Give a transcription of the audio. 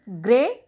grey